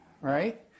right